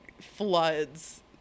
floods